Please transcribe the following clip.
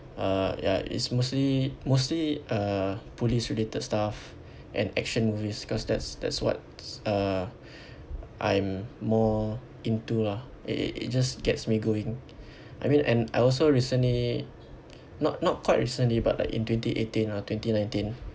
uh ya it's mostly mostly uh police related stuff and action movies cause that's that's what's uh I'm more into lah it it it just gets me going I mean and I also recently not not quite recently but like in twenty eighteen or twenty nineteen